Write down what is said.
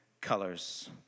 colors